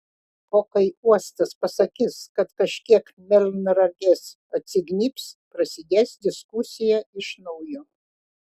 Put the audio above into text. o kai uostas pasakys kad kažkiek melnragės atsignybs prasidės diskusija iš naujo